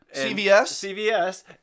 CVS